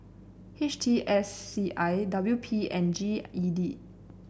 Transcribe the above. H T S C I W P and G E D